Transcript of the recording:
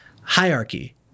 hierarchy